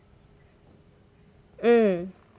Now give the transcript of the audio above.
mm